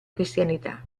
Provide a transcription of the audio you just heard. cristianità